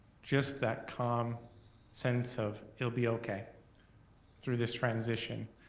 just that calm sense of, it'll be okay through this transition.